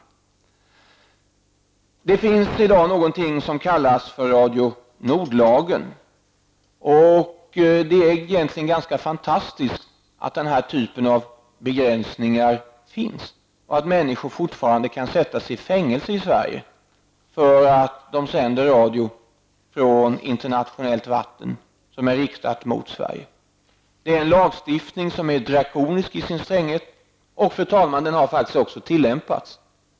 Det finns i dag något som kallas för Radio Nord-lagen. Det är egentligen fantastiskt att den här typen av begränsningar finns och att människor i Sverige fortfarande kan sättas i fängelse för radiosändningar från internationellt vatten riktade mot Sverige. Det är en lagstiftning som är drakonisk i sin stränghet, och den har faktiskt också tillämpats.